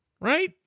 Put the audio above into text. right